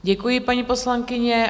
Děkuji, paní poslankyně.